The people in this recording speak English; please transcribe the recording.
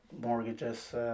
mortgages